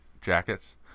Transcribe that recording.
jackets